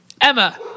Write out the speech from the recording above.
Emma